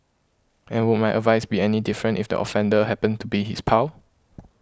and would my advice be any different if the offender happened to be his pal